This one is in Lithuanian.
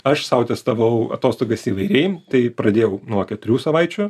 aš sau testavau atostogas įvairiai tai pradėjau nuo keturių savaičių